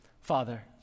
Father